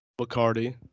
Bacardi